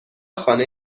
خانه